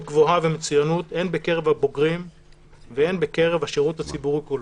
גבוהה ומצוינות הן בקרב הבוגרים והן בקרב השירות הציבורי כולו.